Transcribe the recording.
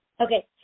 Okay